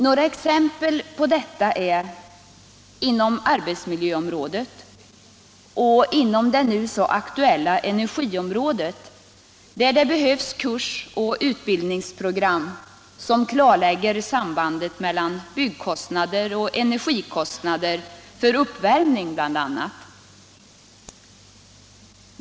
Detta gäller t.ex. arbetsmiljöområdet och det nu så aktuella energiområdet, där det behövs kursoch utbildningsprogram som klarlägger sambandet mellan byggkostnader och energikostnader för bl.a. uppvärmning.